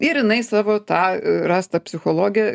ir jinai savo tą rastą psichologę